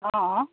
অঁ অঁ